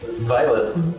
Violet